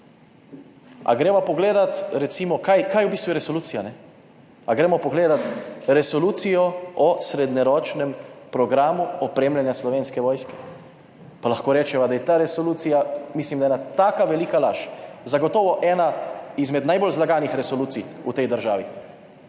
Ali greva pogledat, recimo, kaj je v bistvu resolucija. Ali gremo pogledat Resolucijo o srednjeročnem programu opremljanja Slovenske vojske? Pa lahko rečeva, da je ta resolucija, mislim, ena taka velika laž, zagotovo ena izmed najbolj zlaganih resolucij v tej državi.